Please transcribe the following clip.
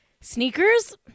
Sneakers